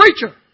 preacher